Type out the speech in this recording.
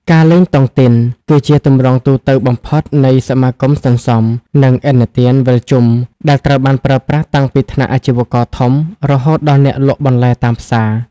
ការលេង "តុងទីន" គឺជាទម្រង់ទូទៅបំផុតនៃសមាគមសន្សំ និងឥណទានវិលជុំ ដែលត្រូវបានប្រើប្រាស់តាំងពីថ្នាក់អាជីវករធំ រហូតដល់អ្នកលក់បន្លែតាមផ្សារ។